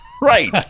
Right